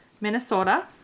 Minnesota